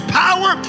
power